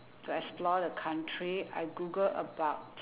to explore the country I googled about